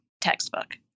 textbook